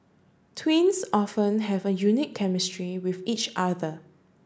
twins often have a unique chemistry with each other